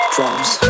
Drums